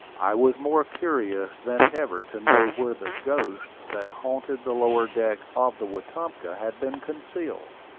i was more curious than ever to know where the ghost that haunted the lower deck of the wetumpka had been concealed.